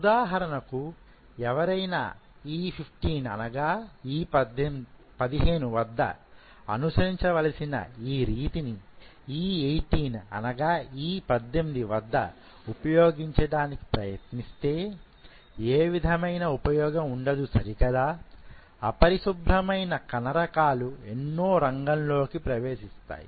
ఉదాహరణకు ఎవరైనా E15 వద్ద అనుసరించవలసిన ఈ రీతిని E18 వద్ద ఉపయోగించడానికి ప్రయత్నిస్తే ఏ విధమైన ఉపయోగం ఉండదు సరికదా అపరిశుభ్రమైన కణ రకాలు ఎన్నో రంగం లోకి ప్రవేశిస్తాయి